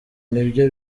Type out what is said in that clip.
nibyo